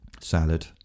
Salad